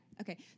okay